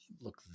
look